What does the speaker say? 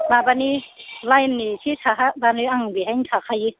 माबानि लाइननि एसे साहा बानो आं बेहायनो थाखायो